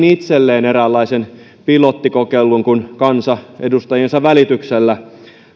itselleen eräänlaisen pilottikokeilun kun kansa edustajiensa välityksellä